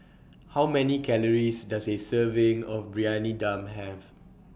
How Many Calories Does A Serving of Briyani Dum Have